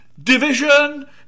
Division